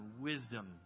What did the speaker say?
wisdom